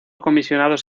comisionados